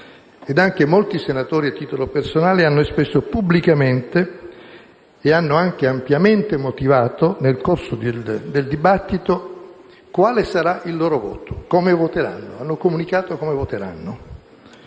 anche molti senatori a titolo personale, hanno espresso pubblicamente e hanno anche ampiamente motivato, nel corso del dibattito, quale sarà il loro voto. Ciò considerato, sarebbe molto serio se noi